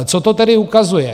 Co to tedy ukazuje?